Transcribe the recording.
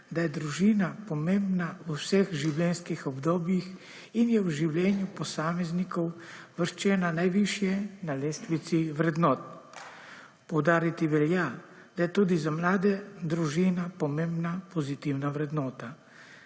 da je družina pomembna v vseh življenjskih obdobjih in je v življenju posameznikov uvrščena najvišje na lestvici vrednot. Poudariti velja, da je tudi za mlade družina pomembna pozitivna vrednota.